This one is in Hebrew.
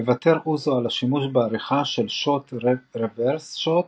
מוותר אוזו על השימוש בעריכה של שוט/רברס שוט.